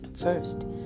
First